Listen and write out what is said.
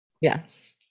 Yes